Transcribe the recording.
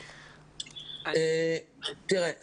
תראה,